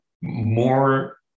more